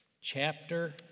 chapter